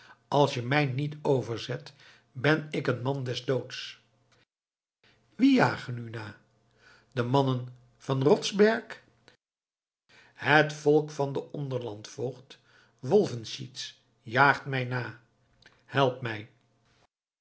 als je mij niet overzet ben ik een man des doods wie jagen u na de mannen van den roszberg het volk van den onderlandvoogd wolfenschiez jaagt mij na help mij